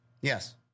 Yes